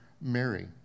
Mary